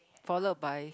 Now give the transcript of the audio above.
followed by